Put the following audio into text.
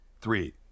Three